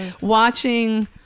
watching